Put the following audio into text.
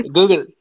Google